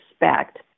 expect